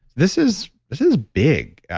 this is this is big.